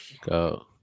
go